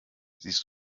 siehst